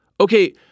Okay